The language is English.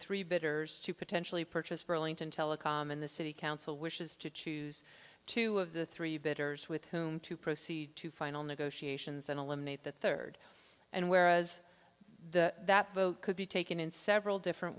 to potentially purchase burlington telecom in the city council wishes to choose two of the three bidders with whom to proceed to final negotiations and eliminate the third and whereas the that vote could be taken in several different